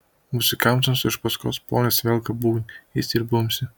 muzikantams iš paskos ponis velka būgną jis ir bumbsi